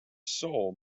soul